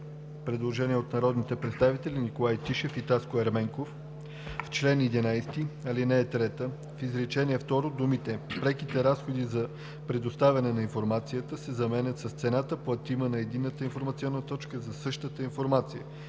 „преките разходи за предоставянето на информацията“ се заменят с „цената, платима на Единната информационна точка за същата информация“.“